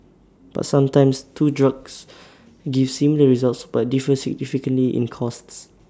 but sometimes two drugs give similar results but differ significantly in costs